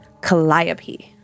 Calliope